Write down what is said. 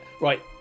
Right